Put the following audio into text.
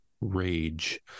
rage